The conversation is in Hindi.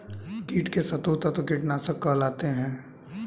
कीट के शत्रु तत्व कीटनाशक कहलाते हैं